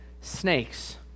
snakes